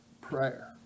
prayer